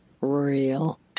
real